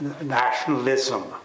nationalism